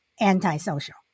antisocial